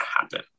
happen